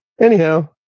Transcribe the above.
anyhow